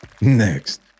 Next